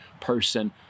person